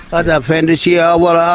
other offenders here, well,